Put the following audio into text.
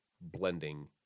blending